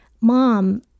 mom